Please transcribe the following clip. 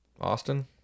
austin